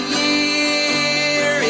year